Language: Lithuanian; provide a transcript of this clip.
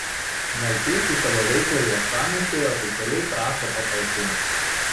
maltiečiai savo veiklai uostamiestyje oficialiai prašo patalpų